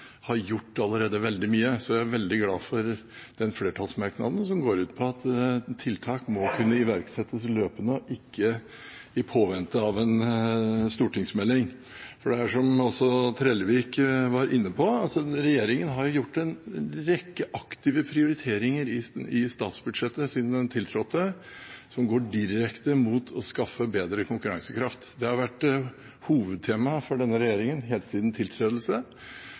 har gjort veldig mye, så jeg er veldig glad for den flertallsmerknaden som går ut på at tiltak må kunne iverksettes løpende – ikke i påvente av en stortingsmelding. For det er slik, som også Trellevik var inne på, at regjeringen har gjort en rekke aktive prioriteringer i statsbudsjettet siden den tiltrådte, som går direkte på å skaffe bedre konkurransekraft. Det har vært et hovedtema for denne regjeringen helt siden